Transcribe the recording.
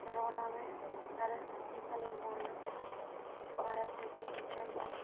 corona में का टीका लगवाना भारत में टीकाकरण की